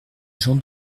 jean